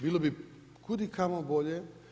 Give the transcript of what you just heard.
Bilo bi kud i kamo bolje.